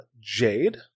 Jade